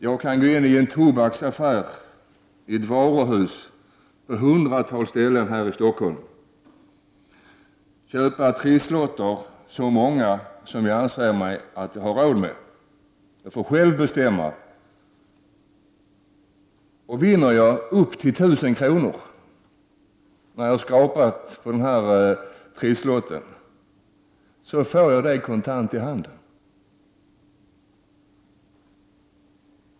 Jag kan gå in i en tobaksaffär, i ett varuhus, på hundratals ställen här i Stockholm och köpa så många trisslotter som jag anser att jag har råd med. Jag får själv bestämma. Vinner jag upp till 1 000 kr. när jag har skrapat på trisslotten, får jag pengarna kontant i handen.